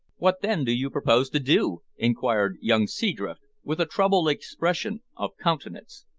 what then do you propose to do? inquired young seadrift, with a troubled expression of countenance.